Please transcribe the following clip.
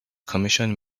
commission